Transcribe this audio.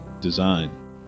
design